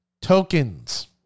tokens